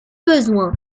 besoin